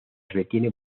retiene